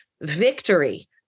victory